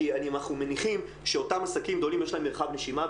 כי אנחנו מניחים שאותם עסקים גדולים יש להם מרחב נשימה,